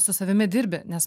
su savimi dirbi nes